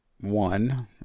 one